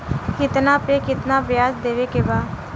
कितना पे कितना व्याज देवे के बा?